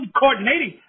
coordinating